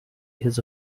his